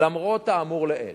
למרות האמור לעיל,